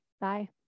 Bye